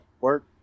work